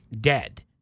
dead